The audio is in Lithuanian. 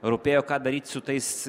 rūpėjo ką daryt su tais